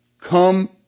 Come